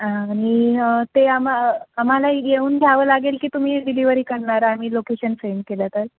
आणि ते आम्हा आम्हाला येऊन घ्यावं लागेल की तुम्ही डिलिव्हरी करणार आम्ही लोकेशन सेंड केलं तर